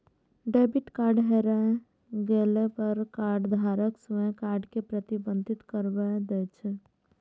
debit card हेरा गेला पर कार्डधारक स्वयं कार्ड कें प्रतिबंधित करबा दै छै